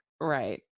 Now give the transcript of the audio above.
Right